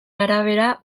arabera